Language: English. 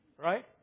right